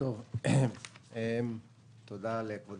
תודה לכבוד